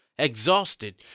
Exhausted